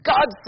God